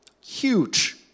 Huge